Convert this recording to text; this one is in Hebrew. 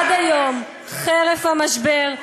עד היום, חרף המשבר,